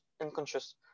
unconscious